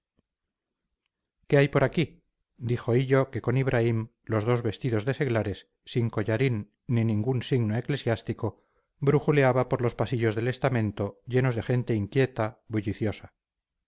qué hay por aquí dijo hillo que con ibraim los dos vestidos de seglares sin collarín ni ningún signo eclesiástico brujuleaba por los pasillos del estamento llenos de gente inquieta bulliciosa